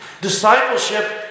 Discipleship